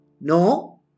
No